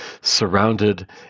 surrounded